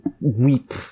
weep